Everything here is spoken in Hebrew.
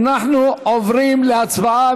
אנחנו עוברים להצבעה,